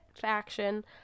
faction